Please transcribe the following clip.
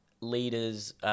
leaders